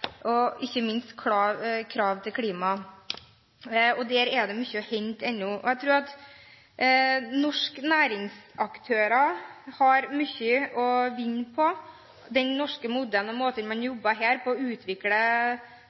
å vinne på den norske modellen og måten man jobber på her med å utvikle